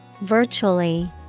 Virtually